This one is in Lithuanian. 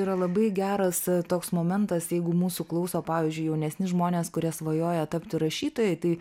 yra labai geras toks momentas jeigu mūsų klauso pavyzdžiui jaunesni žmonės kurie svajoja tapti rašytojai tai